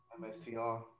MSTR